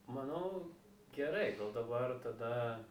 manau gerai dabar tada